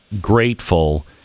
grateful